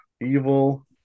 Evil